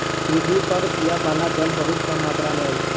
पृथ्वी पर पीबअ बला जल बहुत कम मात्रा में अछि